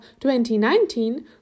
2019